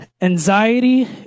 Anxiety